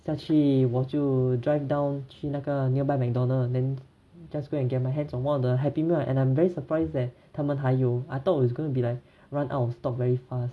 下去我就 drive down 去那个 nearby McDonald then just go and get my hands on one of the happy meal ah and I'm very surprised that 他们还有 I thought is going to be like run out of stock very fast